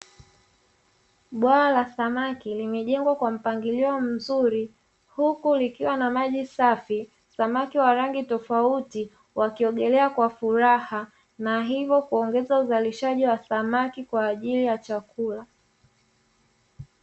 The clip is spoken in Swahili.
Bwawa la samaki limejengwa kwa mpangilio mzuri. Huku likiwa na maji safi, samaki wa rangi tofauti wakiogelea kwa furaha. Na hivyo kuongeza uzalishaji wa samaki kwa ajili ya chakula.